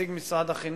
נציג משרד החינוך,